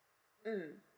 mm